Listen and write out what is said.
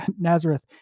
Nazareth